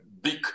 big